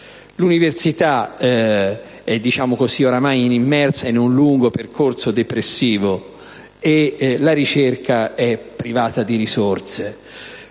l'università è ormai immersa in un lungo percorso depressivo e la ricerca è privata di risorse,